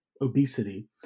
obesity